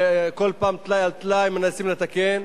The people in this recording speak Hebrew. וכל פעם טלאי על טלאי מנסים לתקן,